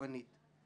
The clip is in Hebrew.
כאן זו התנהלות אחרת.